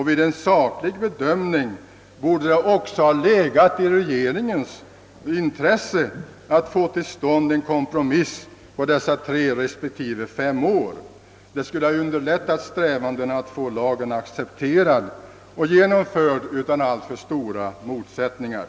Vid en saklig bedömning borde det också ha legat i regeringens intresse att få till stånd en kompromiss innebärande Öövergångstiderna tre respektive fem år. Detta skulle ha underlättat strävandena att få lagen accepterad och genomförd utan alltför stora motsättningar.